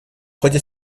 ходе